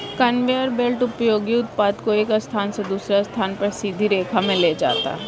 conveyor belt उपयोगी उत्पाद को एक स्थान से दूसरे स्थान पर सीधी रेखा में ले जाता है